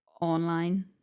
online